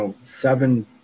seven